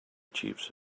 chiefs